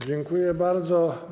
Dziękuję bardzo.